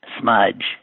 Smudge